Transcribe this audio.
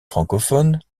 francophones